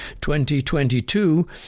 2022